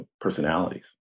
personalities